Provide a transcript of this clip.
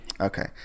Okay